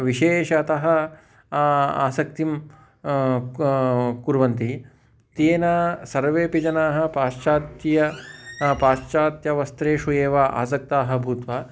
विशेषतः आसक्तिं कुर्वन्ति तेन सर्वेऽपि जनाः पाश्चात्येषु पाश्चात्येषु वस्त्रेषु एव आसक्ताः भूत्वा